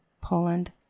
Poland